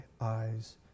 eyes